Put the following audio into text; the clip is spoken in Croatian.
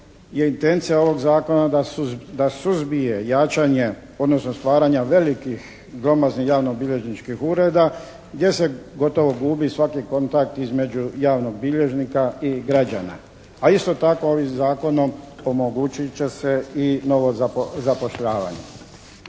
je intencija ovog zakona da suzbije jačanje odnosno stvaranje velikih, glomaznih javnobilježničkih ureda gdje se gotovo gubi svaki kontakt između javnog bilježnika i građana. A isto tako ovim zakonom omogućit će se i novo zapošljavanje.